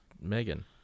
Megan